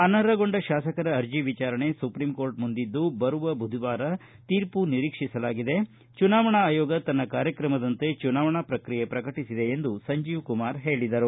ಅನರ್ಹಗೊಂಡ ಶಾಸಕರ ಅರ್ಜಿ ವಿಚಾರಣೆ ಸುಪ್ರೀಂಕೋರ್ಟ್ ಮುಂದಿದ್ದು ಬರುವ ಬುಧವಾರ ತೀರ್ಮ ನಿರೀಕ್ಷಿಸಲಾಗಿದೆ ಚುನಾವಣಾ ಆಯೋಗ ತನ್ನ ಕಾರ್ಯಕ್ರಮದಂತೆ ಚುನಾವಣಾ ಪ್ರಕ್ರಿಯೆ ಪ್ರಕಟಿಸಿದೆ ಎಂದು ಸಂಜೀವ್ ಕುಮಾರ್ ಹೇಳಿದರು